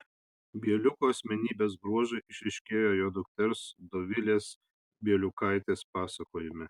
bieliuko asmenybės bruožai išryškėjo jo dukters dovilės bieliukaitės pasakojime